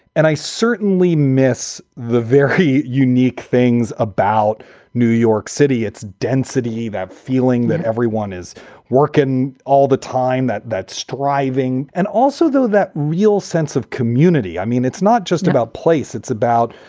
and i certainly miss the very unique things about new york city, its density, that feeling that everyone is working all the time, that that's thriving. and also, though, that real sense of community, i mean, it's not just about place. it's about,